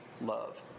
love